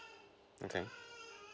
okay